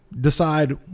decide